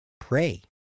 pray